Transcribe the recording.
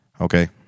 Okay